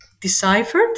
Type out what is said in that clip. Deciphered